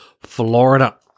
Florida